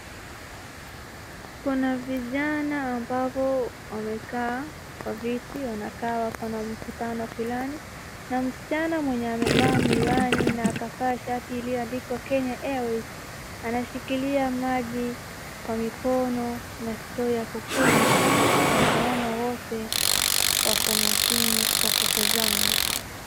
Kuna vijana amabo wamekaa kwa viti, wanakaa wakona mkutano fulani, na msichana mwenye amevaa miwani na akavaa shati iliyoandikwa Kenya Airways, anasikilia maji kwa mkono kwa na straw ya kukunywa, unaona wote wako makini kwa kutazama.